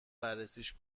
بررسیش